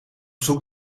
zoek